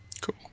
Cool